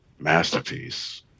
Masterpiece